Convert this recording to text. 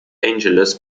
angeles